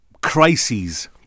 crises